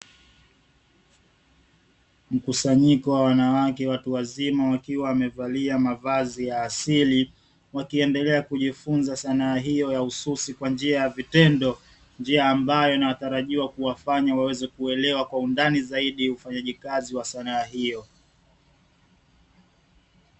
Mkusanyiko wa wanawake watu wazima wakiwa wamevalia mavazi ya asili wakiendelea kujifunza sanaa hiyo ya ususi kwa njia ya vitendo. Njia ambayo inayotarajiwa kuwafanya waweze kuelewa kwa undani zaidi ufanyaji kazi wa sanaa hiyo.